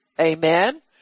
amen